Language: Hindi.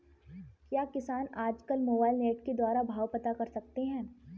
क्या किसान आज कल मोबाइल नेट के द्वारा भाव पता कर सकते हैं?